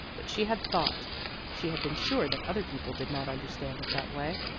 but she had thought she had been sure that other people did not understand it that way.